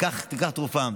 רצפט לתרופה,